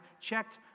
checked